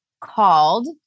called